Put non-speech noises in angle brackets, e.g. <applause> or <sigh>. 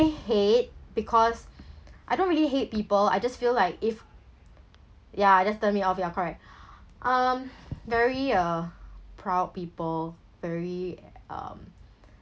hate because I don't really hate people I just feel like if ya just turn me off ya correct <breath> um very uh proud people very um